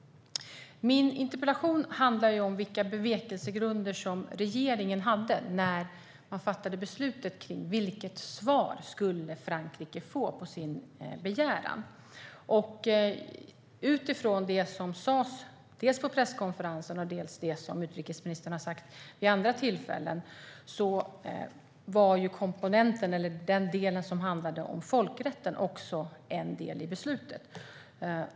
Min interpellation handlar om vilka bevekelsegrunder regeringen hade när man fattade beslutet om vilket svar Frankrike skulle få på sin begäran. Utifrån det som sas på presskonferensen och det som utrikesministern har sagt vid andra tillfällen var den komponent eller den del som handlade om folkrätten också en del i beslutet.